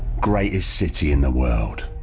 greatest city in the world.